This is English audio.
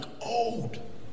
old